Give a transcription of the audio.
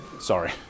Sorry